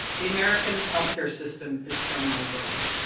the american healthcare system is terminally broken.